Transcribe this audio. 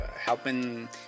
helping